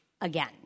again